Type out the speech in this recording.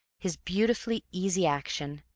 his beautifully easy action,